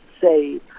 say